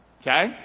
Okay